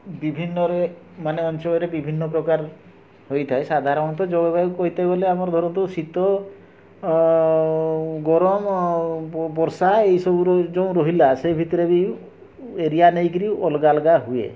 ବିଭିନ୍ନରେ ମାନେ ଅଞ୍ଚଳରେ ବିଭିନ୍ନ ପ୍ରକାର ହୋଇଥାଏ ସାଧାରଣତ ଜଳବାୟୁ କଇତେ ବୋଲେ ଆମର ଧରନ୍ତୁ ଶୀତ ଗରମ ବର୍ଷା ଏଇ ସବୁରୁ ଯେଉଁ ରହିଲା ସେ ଭିତରେ ବି ଏରିଆ ନେଇକିରି ଅଲଗା ଅଲଗା ହୁଏ